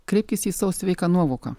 kreipkis į savo sveiką nuovoką